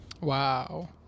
Wow